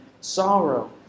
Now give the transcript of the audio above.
sorrow